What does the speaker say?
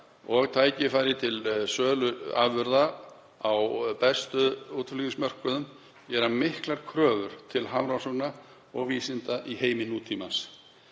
og tækifæri til sölu afurða á bestu útflutningsmörkuðum gera miklar kröfur til hafrannsókna og vísinda í heimi nútímans.